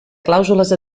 clàusules